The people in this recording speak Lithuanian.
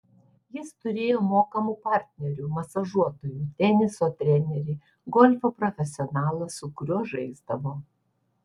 jis turėjo mokamų partnerių masažuotojų teniso trenerį golfo profesionalą su kuriuo žaisdavo